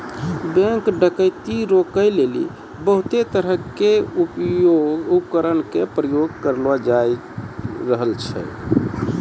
bank डकैती रोकै लेली बहुते तरहो के उपकरण के प्रयोग करलो जाय रहलो छै